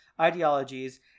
ideologies